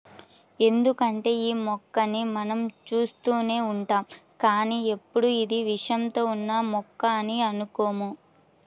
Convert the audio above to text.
ఎందుకంటే యీ మొక్కని మనం చూస్తూనే ఉంటాం కానీ ఎప్పుడూ ఇది విషంతో ఉన్న మొక్క అని అనుకోము